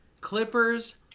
Clippers